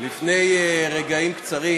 לפני רגעים קצרים